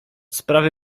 sprawy